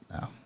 No